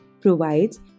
provides